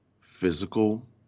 physical